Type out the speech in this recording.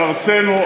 על ארצנו,